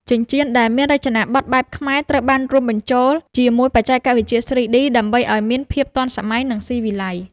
ចិញ្ចៀនដែលមានរចនាប័ទ្មបែបខ្មែរត្រូវបានរួមបញ្ចូលជាមួយបច្ចេកវិទ្យា 3D ដើម្បីឱ្យមានភាពទាន់សម័យ និង ស៊ីវិល័យ។